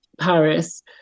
Paris